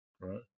right